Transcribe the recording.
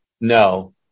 No